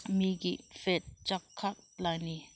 ꯃꯤꯒꯤ ꯐꯦꯠ ꯆꯥꯎꯈꯠꯂꯅꯤ